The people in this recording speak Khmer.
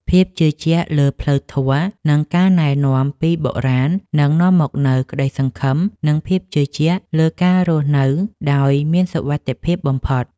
ភាពជឿជាក់លើផ្លូវធម៌ និងការណែនាំពីបុរាណនឹងនាំមកនូវក្តីសង្ឃឹម និងភាពជឿជាក់លើការរស់នៅដោយមានសុវត្ថិភាពបំផុត។